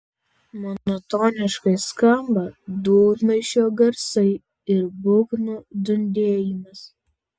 monotoniškai skamba dūdmaišio garsai ir būgnų dundėjimas